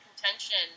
contention